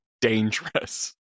dangerous